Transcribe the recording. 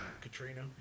Katrina